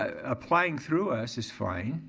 applying through us is fine,